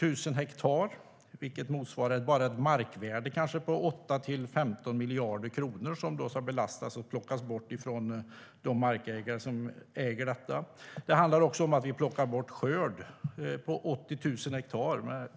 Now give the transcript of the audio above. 000 hektar, vilket motsvarar bara ett markvärde på 8-15 miljarder kronor som ska plockas bort från markägarna. Det handlar också om att vi plockar bort skörd på 80 000 hektar.